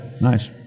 Nice